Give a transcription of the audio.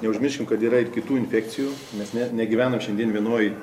neužmirškim kad yra ir kitų infekcijų mes net negyvenam šiandien vienoj